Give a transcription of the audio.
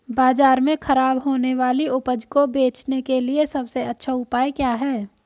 बाजार में खराब होने वाली उपज को बेचने के लिए सबसे अच्छा उपाय क्या है?